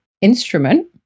instrument